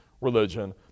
religion